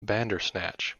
bandersnatch